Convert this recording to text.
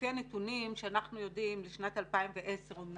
לפי הנתונים שאנחנו יודעים לשנת 2010 אמנם,